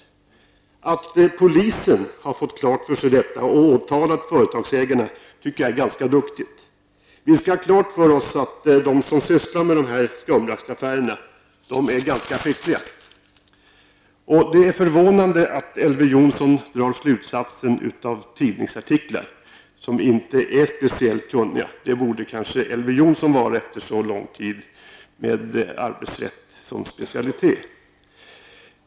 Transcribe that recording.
Att polisen har fått detta klart för sig och åtalat företagsägarna tycker jag är ganska duktigt. Vi skall ha klart för oss att de som sysslar med dessa skumraskaffärer är ganska fiffiga. Det är dock förvånande att Elver Jonsson drar slutsatser av tidningsartiklar skrivna av personer som inte är speciellt kunniga. Det borde emellertid Elver Jonsson vara efter så lång tid med arbetsrätt som specialitet.